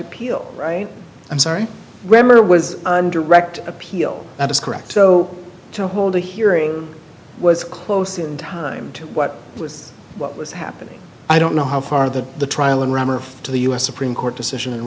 appeal right i'm sorry grammar was under direct appeal that is correct so to hold a hearing was close in time to what was what was happening i don't know how far that the trial and remember to the u s supreme court decision and